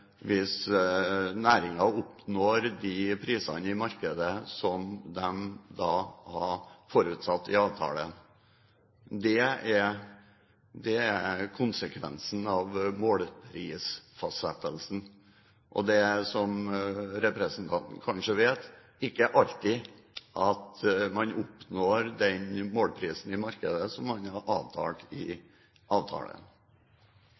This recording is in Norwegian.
hvis næringen oppnår de prisene i markedet som de har forutsatt i avtalen. Det er konsekvensen av målprisfastsettelsen. Det er, som representanten kanskje vet, ikke alltid at man oppnår den målprisen i markedet som man har avtalt